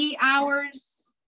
hours